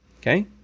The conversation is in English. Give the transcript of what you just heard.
Okay